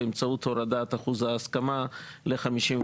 באמצעות הורדת אחוז ההסכמה ל-51%.